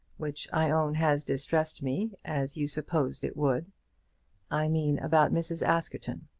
which i own has distressed me, as you supposed it would i mean about mrs. askerton.